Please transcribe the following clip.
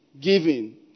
giving